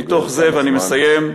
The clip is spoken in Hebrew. אני מסיים.